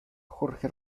jorge